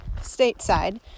stateside